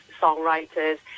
songwriters